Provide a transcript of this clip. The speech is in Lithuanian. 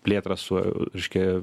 plėtrą su reiškia